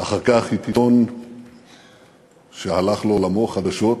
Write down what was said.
אחר כך עיתון שהלך לעולמו, "חדשות".